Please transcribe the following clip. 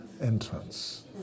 Entrance